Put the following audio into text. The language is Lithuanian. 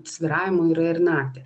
svyravimų yra ir naktį